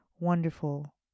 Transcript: Wonderful